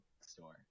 store